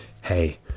hey